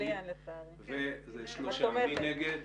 הצבעה בעד, 2 נגד,